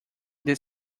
this